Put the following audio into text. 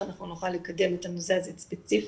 אנחנו נוכל לקדם את הנושא הזה ספציפית,